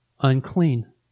unclean